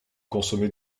consommés